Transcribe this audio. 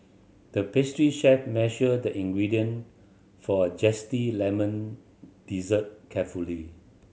the pastry chef measured the ingredient for a zesty lemon dessert carefully